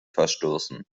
verstoßen